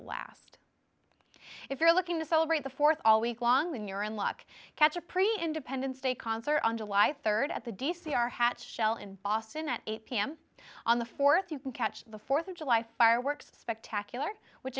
last if you're looking to celebrate the fourth all week long you're in luck catch a pre independence day concert on july third at the d c are hatch shell in boston at eight pm on the fourth you can catch the fourth of july fireworks spectacular which